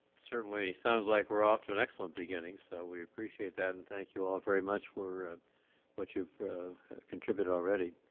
certainly sounds like we're off to an excellent beginning so we appreciate that and thank you all very much for ah what you've contributed already.